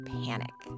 panic